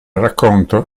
racconto